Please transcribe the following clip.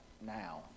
now